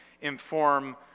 inform